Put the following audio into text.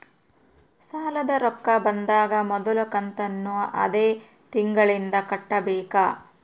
ಸಾಲದ ರೊಕ್ಕ ಬಂದಾಗ ಮೊದಲ ಕಂತನ್ನು ಅದೇ ತಿಂಗಳಿಂದ ಕಟ್ಟಬೇಕಾ?